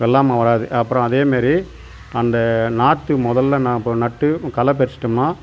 வெள்ளாமை வராது அப்புறம் அதேமாரி அந்த நாற்று முதல்ல நான் இப்போ நட்டு களை பறிச்சுவிட்டோம்னா